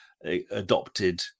adopted